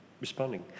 responding